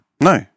No